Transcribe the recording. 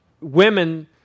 women